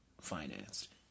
financed